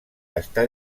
està